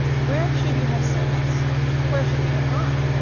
where should you have seen us where should we have gone?